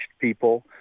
people